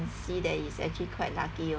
see that he's actually quite lucky uh